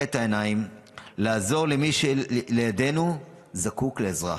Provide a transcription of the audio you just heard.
את העיניים ולעזור למי שלידנו וזקוק לעזרה.